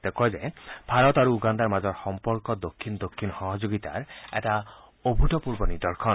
তেওঁ কয় যে ভাৰত আৰু উগাণ্ডাৰ মাজৰ সম্পৰ্ক দক্ষিণ দক্ষিণ সহযোগিতাৰ এটা অভূতপূৰ্ব নিৰ্দশন